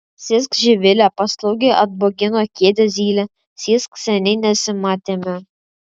sėsk živile paslaugiai atbogino kėdę zylė sėsk seniai nesimatėme